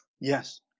Yes